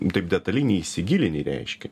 taip detaliai neįsigilini į reiški